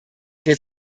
der